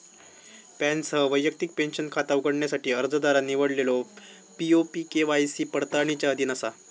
पॅनसह वैयक्तिक पेंशन खाता उघडण्यासाठी अर्जदारान निवडलेलो पी.ओ.पी के.वाय.सी पडताळणीच्या अधीन असा